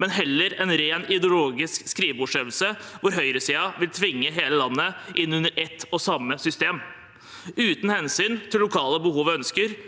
men heller en rent ideologisk skrivebordsøvelse hvor høyresiden vil tvinge hele landet inn under ett og samme system, uten hensyn til lokale behov og ønsker